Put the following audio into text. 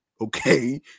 Okay